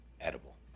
edible